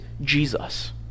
Jesus